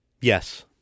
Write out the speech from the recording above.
yes